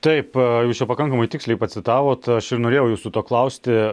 taip jūs čia pakankamai tiksliai pacitavot aš ir norėjau jūsų to klausti